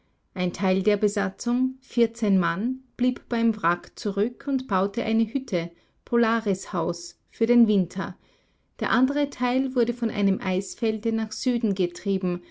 ein teil der besatzung mann blieb beim wrack zurück und baute eine hütte polaris haus für den winter der andere teil wurde von einem eisfelde nach süden getrieben